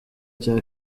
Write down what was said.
cya